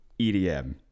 edm